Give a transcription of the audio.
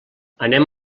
anem